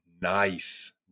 nice